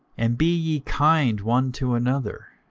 and be ye kind one to another,